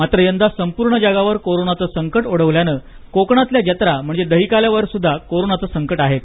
मात्र यंदा संपूर्ण जगावर कोरोनाच संकट ओढवल्यानं कोकणातल्या जत्रा म्हणजे दहीकाल्यावरही कोरोनाच संकट आहेच